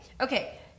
okay